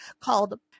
called